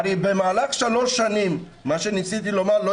הרי במהלך שלוש שנים אני לא